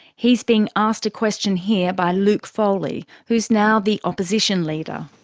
he's being asked a question here by luke foley who's now the opposition leader.